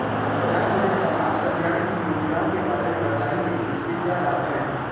क्या मुझे समाज कल्याण की योजनाओं के बारे में बताएँगे इसके क्या लाभ हैं?